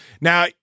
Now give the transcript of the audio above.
Now